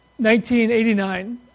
1989